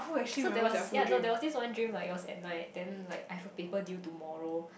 so there was yea there was one dream like it was at night then like I have a paper due tomorrow